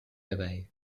away